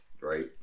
Right